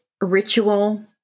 ritual